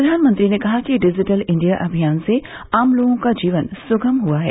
प्रधानमंत्री ने कहा कि डिजिटल इंडिया अभियान से आम लोगों का जीवन सुगम हुआ है